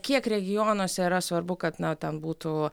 kiek regionuose yra svarbu kad na ten būtų